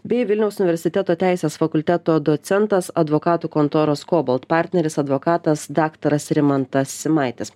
bei vilniaus universiteto teisės fakulteto docentas advokatų kontoros kobalt partneris advokatas daktaras rimantas simaitis